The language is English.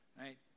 Right